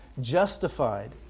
justified